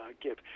give